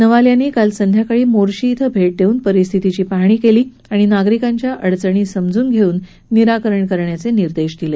नवाल यांनी काल संध्याकाळी मोर्शी इथं भेट देऊन परिस्थितीची पाहणी केली आणि नागरिकांच्या अडचणी जाणून घेऊन त्यांचे निराकरण करण्याचे निर्देश दिले